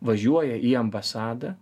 važiuoja į ambasadą